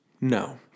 No